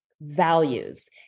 values